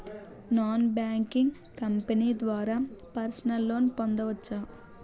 Non banking company ద్వారా personal loan పొందవచ్చా?